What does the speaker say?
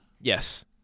Yes